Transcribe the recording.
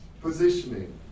positioning